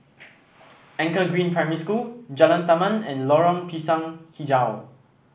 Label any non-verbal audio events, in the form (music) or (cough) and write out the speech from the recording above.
(noise) Anchor Green Primary School Jalan Taman and Lorong Pisang hijau